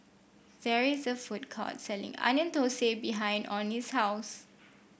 there is a food court selling Onion Thosai behind Omie's house